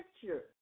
picture